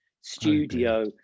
Studio